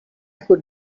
could